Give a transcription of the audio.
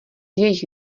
jejich